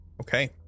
Okay